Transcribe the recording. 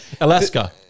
Alaska